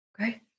Okay